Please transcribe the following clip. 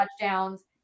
touchdowns